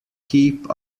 keep